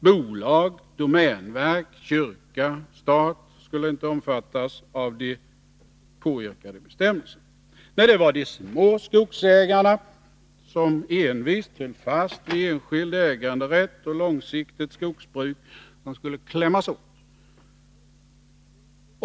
Bolag, domänverket, kyrkan och staten skulle inte omfattas av de påyrkade bestämmelserna. Nej, det var de små skogsägarna som envist håller fast vid enskild äganderätt och långsiktigt skogsbruk som skulle klämmas åt.